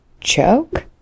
choke